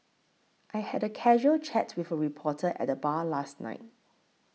I had a casual chat with a reporter at the bar last night